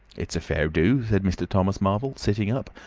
it's a fair do, said mr. thomas marvel, sitting up,